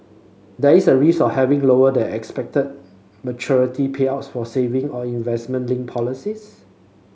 there is a risk of having lower than expected maturity payouts for saving or investment linked policies